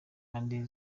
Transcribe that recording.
kandi